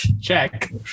check